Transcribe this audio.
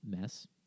mess